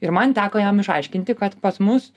ir man teko jam išaiškinti kad pas mus